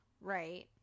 right